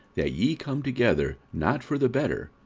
that ye come together not for the better,